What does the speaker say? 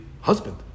husband